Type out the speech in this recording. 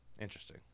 Interesting